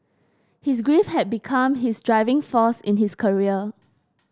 his grief had become his driving force in his career